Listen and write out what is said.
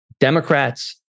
Democrats